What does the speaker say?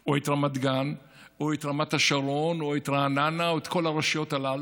או את רמת גן או את רמת השרון או את רעננה או את כל הרשויות הללו.